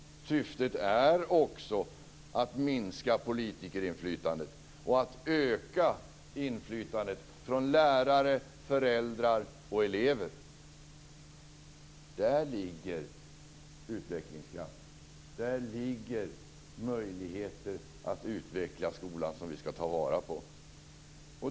Syftet är också att minska politikerinflytandet och att öka inflytandet från lärare, föräldrar och elever. Där ligger utvecklingskraften. Där ligger möjligheter att utveckla skolan som vi skall ta vara på.